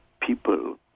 people